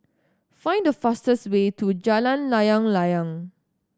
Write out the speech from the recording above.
find the fastest way to Jalan Layang Layang